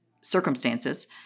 circumstances